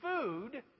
food